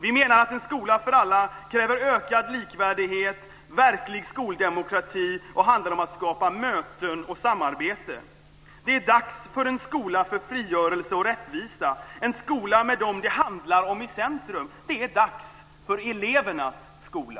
Vi menar att en skola för alla kräver ökad likvärdighet och verklig skoldemokrati och handlar om att skapa möten och samarbete. Det är dags för en skola för frigörelse och rättvisa, en skola med dem det handlar om i centrum. Det är dags för elevernas skola.